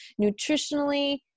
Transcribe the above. nutritionally